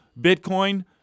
Bitcoin